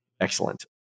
excellent